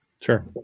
Sure